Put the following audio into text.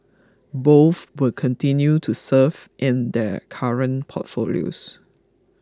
both will continue to serve in their current portfolios